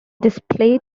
display